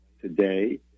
today